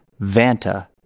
Vanta